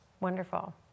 Wonderful